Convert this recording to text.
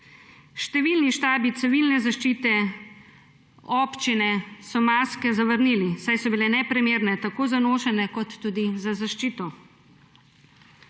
Številni štabi civilne zaščite, občine so maske zavrnili, saj so bile neprimerne tako za nošenje kot tudi za zaščito.